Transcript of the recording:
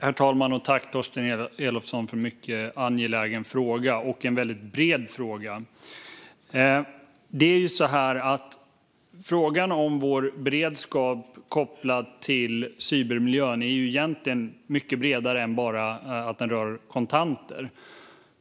Herr talman! Jag tackar Torsten Elofsson för en mycket angelägen och bred fråga. Frågan om vår beredskap kopplad till cybermiljön är egentligen mycket bredare än att bara röra kontanter.